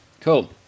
Cool